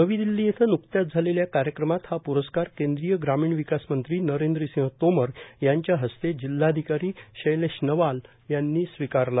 नवी दिल्ली इथं नुकत्याच झालेल्या कार्यक्रमात हा प्रस्कार केंद्रीय ग्रामीण विकास मंत्री नरेंद्रसिंह तोमर यांच्या हस्ते जिल्हाधिकारी शैलेश नवाल यांनी स्वीकारला